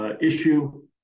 issue